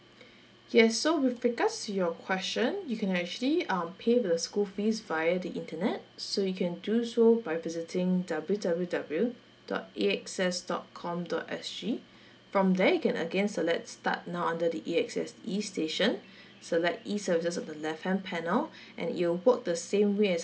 yes so with regards to your question you can actually um pay the school fees via the internet so you can do so by visiting W W W dot A X S dot com dot S G from there you can again select start now under the A_X_S E station select E services on the left hand panel and it'll work the same way as